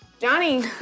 Johnny